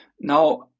Now